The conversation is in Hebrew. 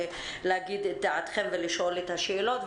להגיד את דעתכם ולשאול את השאלות.